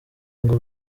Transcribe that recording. ngo